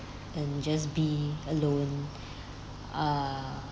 and just be alone err